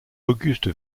auguste